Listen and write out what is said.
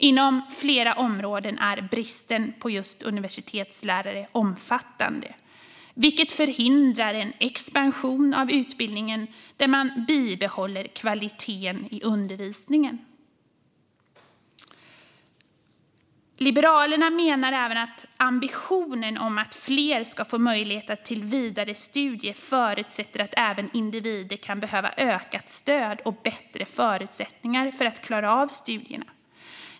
Inom flera områden är bristen på just universitetslärare omfattande, vilket förhindrar en expansion av utbildningen där kvaliteten i undervisningen bibehålls. Liberalerna menar även att ambitionen att fler ska få möjlighet till vidare studier innebär att fler individer kan behöva ökat stöd och bättre förutsättningar för att klara av studierna.